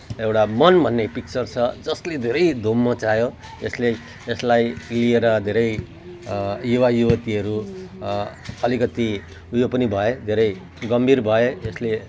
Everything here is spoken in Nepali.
एउटा मन भन्ने पिक्चर छ जसले धेरै धुम मच्चायो यसले यसलाई लिएर धेरै युवायुवतीहरू अलिकति उयो पनि भए धेरै गम्भीर भए यसले